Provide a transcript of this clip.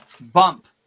bump